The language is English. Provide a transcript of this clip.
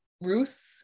Ruth